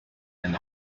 and